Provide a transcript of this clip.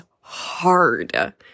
hard